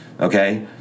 Okay